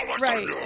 Right